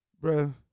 bro